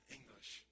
English